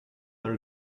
are